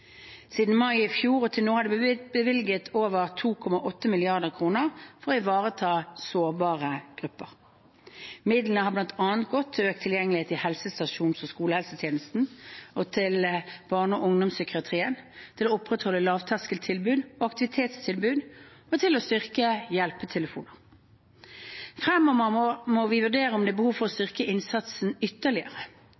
Siden mai i fjor og til nå har det blitt bevilget over 2,8 mrd. kr for å ivareta sårbare grupper. Midlene har bl.a. gått til økt tilgjengelighet i helsestasjons- og skolehelsetjenesten og barne- og ungdomspsykiatrien, til å opprettholde lavterskeltilbud og aktivitetstilbud og til å styrke hjelpetelefonene. Fremover må vi vurdere om det er behov for å